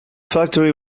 factory